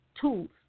tools